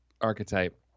archetype